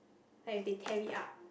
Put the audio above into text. like if they tear it up